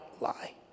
lie